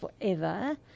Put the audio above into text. forever